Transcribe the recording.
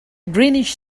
greenish